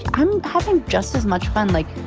i'm having just as much fun. like,